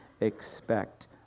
expect